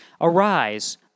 Arise